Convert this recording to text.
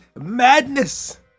madness